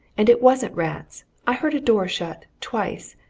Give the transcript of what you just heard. and it wasn't rats. i heard a door shut twice.